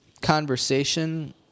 conversation